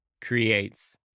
Creates